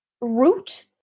root